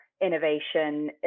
innovation